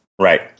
right